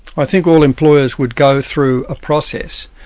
i think all employers would go through a process,